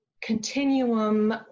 continuum